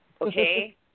okay